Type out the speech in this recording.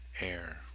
air